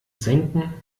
senken